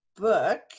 book